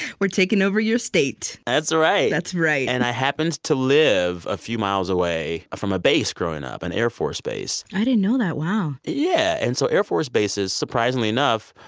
we're taking over your state. that's right that's right. and i happened to live a few miles away from a base growing up an air force base i didn't know that. wow yeah and so air force bases, surprisingly enough,